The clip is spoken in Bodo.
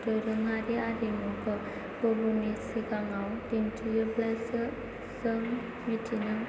दोरोङारि हारिमुखौ गुबुननि सिगाङाव दिन्थियोब्लासो जों मिथिनो